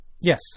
Yes